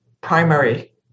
primary